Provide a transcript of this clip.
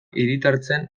hiritartzen